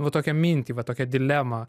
va tokią mintį va tokią dilemą